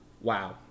Wow